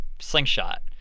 Slingshot